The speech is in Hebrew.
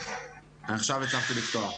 אני האזנתי כאן לכל הדיון,